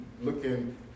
looking